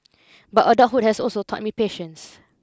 but adulthood has also taught me patience